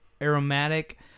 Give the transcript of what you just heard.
aromatic